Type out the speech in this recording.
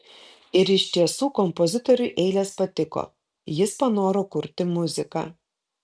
ir iš tiesų kompozitoriui eilės patiko jis panoro kurti muziką